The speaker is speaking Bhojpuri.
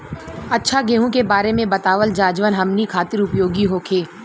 अच्छा गेहूँ के बारे में बतावल जाजवन हमनी ख़ातिर उपयोगी होखे?